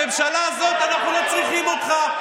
בממשלה הזאת אנחנו לא צריכים אותך,